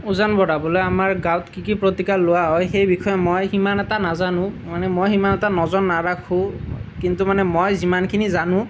ওজন বঢ়াবলৈ আমাৰ গাঁৱত কি কি প্ৰতিকাৰ লোৱা হয় সেই বিষয়ে মই সিমান এটা নাজানো মানে মই সিমান এটা নজৰ নাৰাখোঁ কিন্তু মানে মই যিমানখিনি জানো